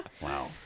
Wow